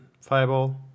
Fireball